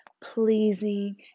pleasing